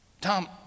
Tom